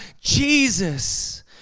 Jesus